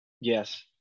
Yes